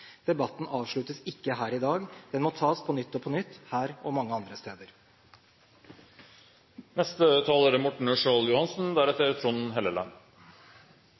Debatten avsluttes ikke her i dag. Den må tas på nytt og på nytt – her og mange andre steder.